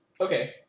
Okay